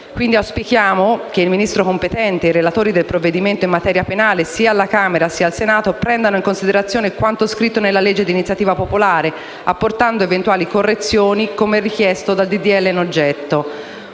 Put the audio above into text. Quindi, auspichiamo che il Ministro competente e i relatori dei provvedimenti in materia penale, sia alla Camera che al Senato, prendano in considerazione quanto scritto nella legge di iniziativa popolare, apportando eventuali correzioni, come richiesto dal disegno